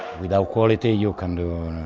without quality, you can do